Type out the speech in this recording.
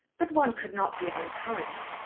but one could not be unkind.